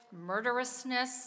murderousness